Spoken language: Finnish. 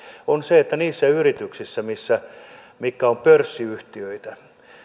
on se että niissä yrityksissä mitkä ovat pörssiyhtiöitä